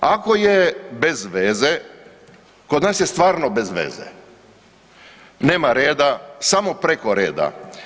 Ako je bez veze kod nas je stvarno bez veze, nema reda, samo preko reda.